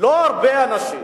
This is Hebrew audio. לא הרבה אנשים,